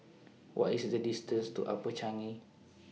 What IS The distance to Upper Changi